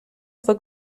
fue